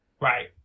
Right